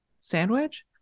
sandwich